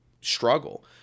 struggle